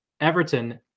everton